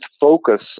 focus